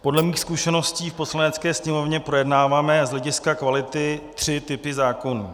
Podle mých zkušeností v Poslanecké sněmovně projednáváme z hlediska kvality tři typy zákonů.